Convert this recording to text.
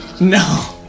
No